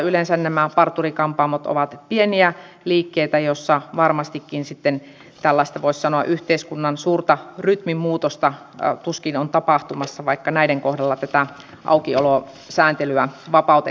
yleensä nämä parturi kampaamot ovat pieniä liikkeitä joissa varmastikin sitten tällaista voisi sanoa yhteiskunnan suurta rytminmuutosta tuskin on tapahtumassa vaikka näiden kohdalla tätä aukiolosääntelyä vapautettaisiin